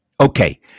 Okay